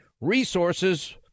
resources